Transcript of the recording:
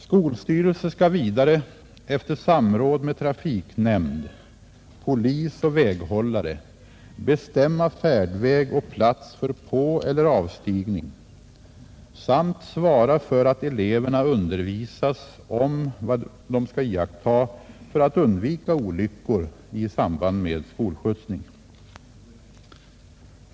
Skolstyrelse skall vidare efter samråd med trafiknämnd, polis och väghållare bestämma färdväg och plats för påeller avstigning samt svara för att eleverna undervisas om vad de skall iaktta för att undvika olyckor i samband med skolskjutsning.